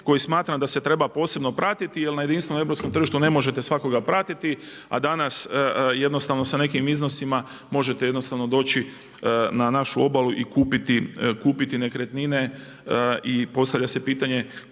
koji smatram da se treba posebno pratiti jel na jedinstvenom europskom tržištu ne možete svakoga pratiti, a danas jednostavno sa nekim iznosima možete jednostavno doći na našu obalu i kupiti nekretnine. I postavlja se pitanje